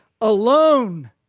alone